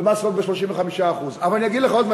ומס חברות, 35%. אבל אני אגיד לך עוד משהו.